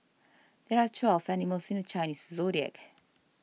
there are twelve animals in the Chinese zodiac